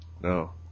No